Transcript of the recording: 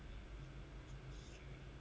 mm mm I know I saw some